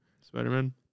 Spider-Man